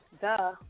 duh